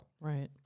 right